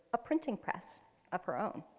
a printing press of her own.